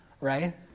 right